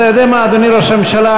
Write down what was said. אתה יודע מה, אדוני ראש הממשלה?